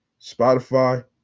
Spotify